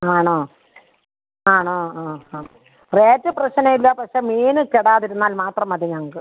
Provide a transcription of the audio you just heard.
ആണോ ആണോ ആ അ റേറ്റ് പ്രശ്നമില്ല പക്ഷെ മീന് കെടാതിരുന്നാൽ മാത്രം മതി ഞങ്ങൾക്ക്